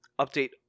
Update